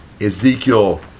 Ezekiel